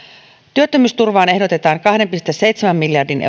työttömyysturvaan ehdotetaan kahden pilkku seitsemän miljardin